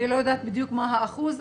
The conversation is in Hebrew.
אני לא יודעת בדיוק מה האחוז,